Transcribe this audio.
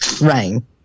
rain